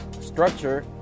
structure